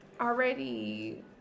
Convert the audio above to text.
already